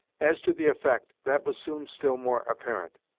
as to the effect, that was soon still more apparent,